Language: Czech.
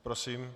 Prosím.